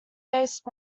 based